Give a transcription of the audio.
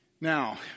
Now